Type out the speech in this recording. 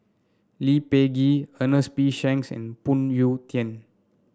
Lee Peh Gee Ernest P Shanks and Phoon Yew Tien